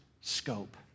scope